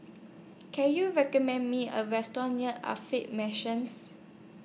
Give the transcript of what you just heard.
Can YOU recommend Me A Restaurant near Mansions